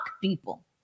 people